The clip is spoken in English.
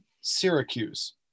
Syracuse